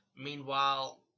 Meanwhile